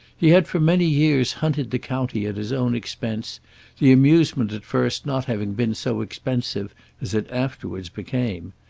he had for many years hunted the county at his own expense the amusement at first not having been so expensive as it afterwards became.